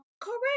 correct